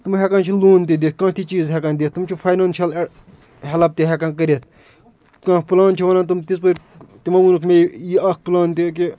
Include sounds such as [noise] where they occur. تِم ہٮ۪کان چھِ لون تہِ دِتھ کانٛہہ تہِ چیٖز ہٮ۪کان دِتھ تِم چھِ فاینانشَل [unintelligible] ہٮ۪لٕپ تہِ ہٮ۪کان کٔرِتھ کانٛہہ پٕلان چھِ ونان تِم تِژپٲرۍ تِمو ووٚنُکھ مےٚ یہِ اکھ پٕلان تہِ کہ